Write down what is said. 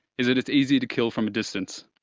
is that it's easy to kill from a distance.